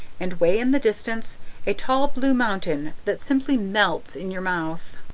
and way in the distance a tall blue mountain that simply melts in your mouth.